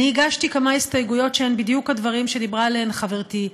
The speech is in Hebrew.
אני הגשתי כמה הסתייגויות שהן בדיוק הדברים שדיברה עליהם חברתי,